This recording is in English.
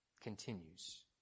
continues